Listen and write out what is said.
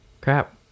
crap